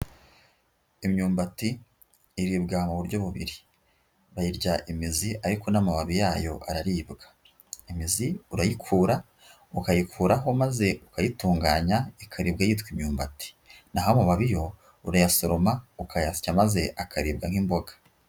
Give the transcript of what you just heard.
Imyumbati iribwa mu buryo bubiri, bayirya imizi ariko n'amababi yayo araribwa, imizi urayikura ukayikuraho maze ukayitunganya ikaribwa yitwa imyumbati, na ho amababi yo urayasoroma ukayasya maze akaribwa nk'imboga.